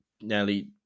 nearly